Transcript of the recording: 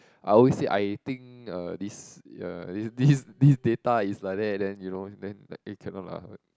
I always say I think uh this uh this this this data is like that then you know then it cannot lah